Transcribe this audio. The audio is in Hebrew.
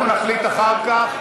אנחנו נחליט אחר כך.